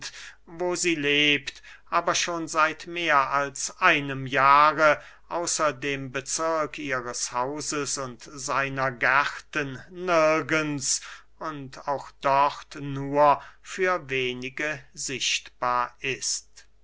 wo sie lebt aber schon seit mehr als einem jahre außer dem bezirk ihres hauses und seiner gärten nirgends und auch dort nur für wenige sichtbar ist